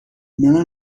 منم